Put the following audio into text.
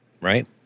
right